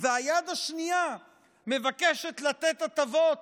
היד השנייה מבקשת לתת הטבות